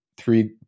three